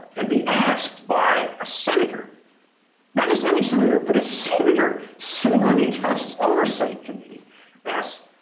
and be asked by a senator not just any senator, but a senator sitting on the intelligence oversight committee ask,